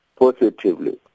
positively